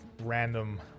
random